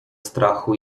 strachu